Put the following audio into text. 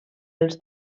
els